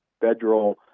federal